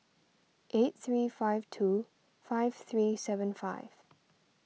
eight three five two five three seven five